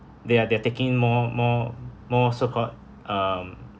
they are they are taking more more more so-called um